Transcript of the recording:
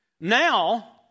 Now